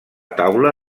taula